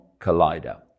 Collider